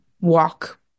walk